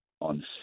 on